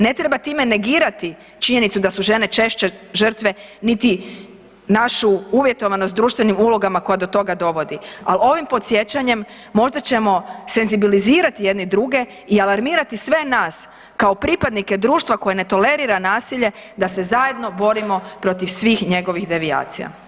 Ne treba time negirati da su žene češće žrtve niti našu uvjetovanost društvenim ulogama koja do toga dovodi, ali ovim podsjećanjem možda ćemo senzibilizirati jedni druge i alarmirati sve nas kao pripadnika društva koje ne tolerira nasilje da se zajedno borimo protiv svih njegovih devijacija.